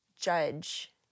judge